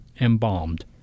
embalmed